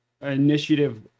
initiative